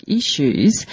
issues